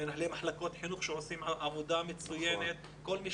מנהלי מחלקות חינוך שעושים עבודה מצוינת וכל מי